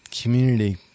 community